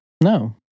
no